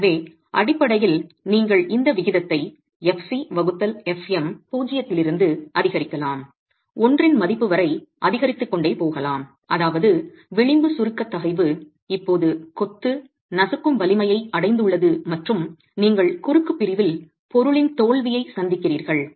எனவே அடிப்படையில் நீங்கள் இந்த விகிதத்தை fc வகுத்தல் fm 0 இலிருந்து அதிகரிக்கலாம் 1 இன் மதிப்பு வரை அதிகரித்துக் கொண்டே போகலாம் அதாவது விளிம்பு சுருக்க தகைவு இப்போது கொத்து நசுக்கும் வலிமையை அடைந்துள்ளது மற்றும் நீங்கள் குறுக்கு பிரிவில் பொருளின் தோல்வியை சந்திக்கிறீர்கள்